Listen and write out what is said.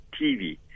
TV